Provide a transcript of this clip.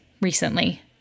recently